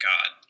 God